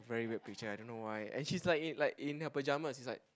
very weird picture I don't know why and she's like in like in her pyjamas she's like